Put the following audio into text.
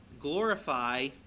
glorify